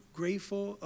grateful